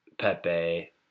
Pepe